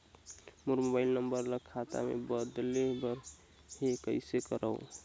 मोर mobile number ल खाता मे बदले बर हे कइसे करव?